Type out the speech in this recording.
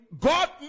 God